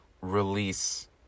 release